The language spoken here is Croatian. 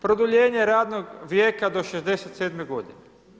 Produljenje radnog vijeka do 67 godine.